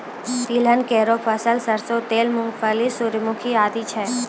तिलहन केरो फसल सरसों तेल, मूंगफली, सूर्यमुखी आदि छै